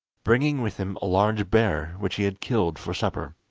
bringing with him a large bear, which he had killed for supper.